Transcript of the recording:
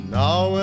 now